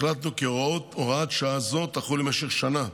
החלטנו כי הוראת שעה זו תחול למשך שנה,